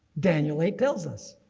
daniel eight tells us.